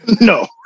No